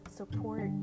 support